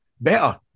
better